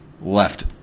left